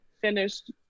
finished